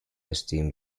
esteem